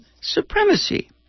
supremacy